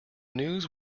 news